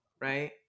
right